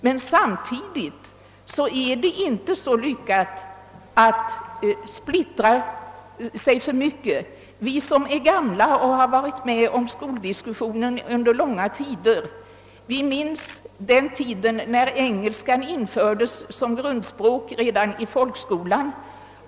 Det är å andra sidan inte så lyckat att splittra sig för mycket. Vi som är gamla och har deltagit i skoldiskussionen under lång tid minns dis kussionen från den tid då engelska infördes som grundspråk redan i folkskolan.